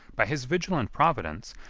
by his vigilant providence,